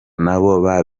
nabo